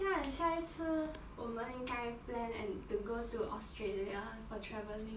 看下一次我们应该 plan and to go to australia for traveling